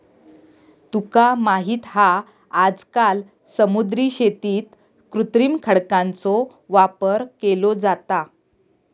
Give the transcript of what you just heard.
तुका माहित हा आजकाल समुद्री शेतीत कृत्रिम खडकांचो वापर केलो जाता